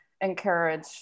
encourage